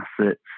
assets